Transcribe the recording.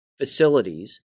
facilities